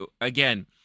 again